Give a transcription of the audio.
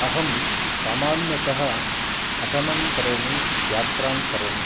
अहं सामान्यतः अटनं करोमि यात्रां करोमि